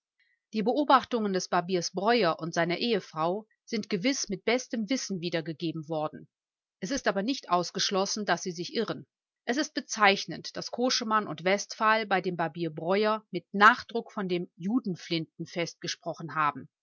die beobachtungen des barbiers biers breuer und seiner ehefrau sind gewiß mit bestem wissen wiedergegeben worden es ist aber nicht ausgeschlossen daß sie sich irren es ist bezeichnend daß koschemann und westphal bei dem barbier breuer mit nachdruck von dem judenflinten fest gesprochen haben